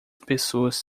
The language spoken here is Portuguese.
pessoas